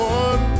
one